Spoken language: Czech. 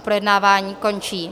Projednávání končí.